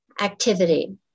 activity